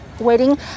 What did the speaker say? waiting